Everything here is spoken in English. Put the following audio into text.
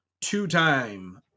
two-time